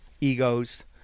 egos